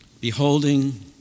beholding